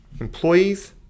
employees